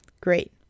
Great